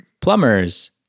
plumbers